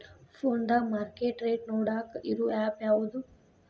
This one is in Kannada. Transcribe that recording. ಫೋನದಾಗ ಮಾರ್ಕೆಟ್ ರೇಟ್ ನೋಡಾಕ್ ಇರು ಆ್ಯಪ್ ಯಾವದು?